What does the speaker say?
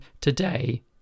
today